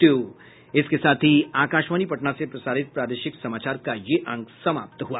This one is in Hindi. इसके साथ ही आकाशवाणी पटना से प्रसारित प्रादेशिक समाचार का ये अंक समाप्त हुआ